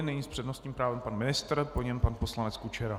Nyní s přednostním právem pan ministr, po něm pan poslanec Kučera.